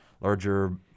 larger